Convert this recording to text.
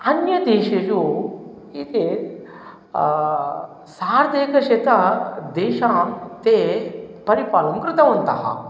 अन्य देशेषु एते सार्धेकशतं देशान् ते परिपालं कृतवन्तः